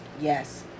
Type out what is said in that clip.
yes